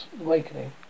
awakening